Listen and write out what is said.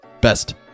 best